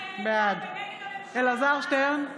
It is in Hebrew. בעד אלעזר שטרן,